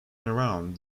around